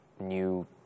new